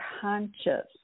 conscious